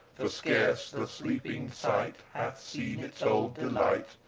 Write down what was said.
for scarce the sleeping sight has seen its old delight,